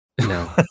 No